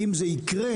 אם זה יקרה,